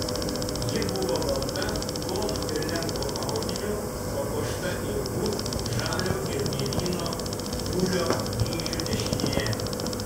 ji buvo balta plono ir lengvo audinio papuošta ilgu žalio ir mėlyno tiulio dryžiu dešinėje